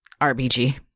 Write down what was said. rbg